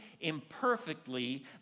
imperfectly